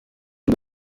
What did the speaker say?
ndi